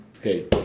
okay